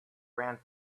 ran